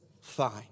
fine